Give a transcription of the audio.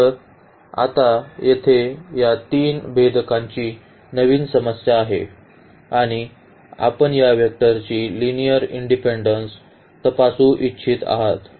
तर आता येथे या तीन भेदकांची नवीन समस्या आहे आणि आपण या वेक्टरची लिनिअर इंडिपेन्डेन्स तपासू इच्छित आहात